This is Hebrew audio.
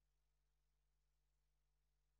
18